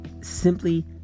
simply